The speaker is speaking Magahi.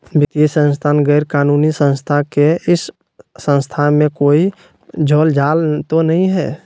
वित्तीय संस्था गैर कानूनी संस्था है इस संस्था में कोई झोलझाल तो नहीं है?